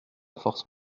force